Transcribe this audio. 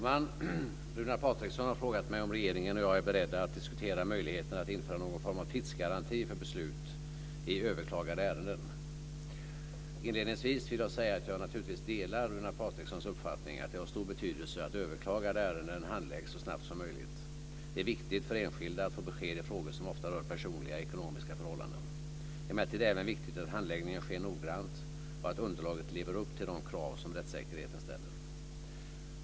Fru talman! Runar Patriksson har frågat mig om regeringen och jag är beredda att diskutera möjligheten att införa någon form av tidsgaranti för beslut i överklagade ärenden. Inledningsvis vill jag säga att jag naturligtvis delar Runar Patrikssons uppfattning att det är av stor betydelse att överklagade ärenden handläggs så snabbt som möjligt. Det är viktigt för enskilda att få besked i frågor som ofta rör personliga eller ekonomiska förhållanden. Det är emellertid även viktigt att handläggningen sker noggrant och att underlaget lever upp till de krav som rättssäkerheten ställer.